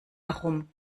herum